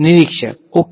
નિરીક્ષક ઓકે